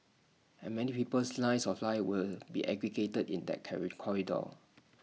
and many people's lines of life will be aggregated in that carry corridor